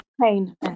pain